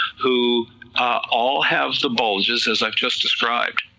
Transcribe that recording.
who all have the bulges as i've just described,